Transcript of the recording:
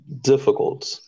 difficult